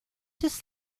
his